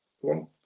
one